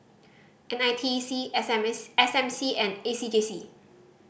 N I T E C S M S S M C and A C J C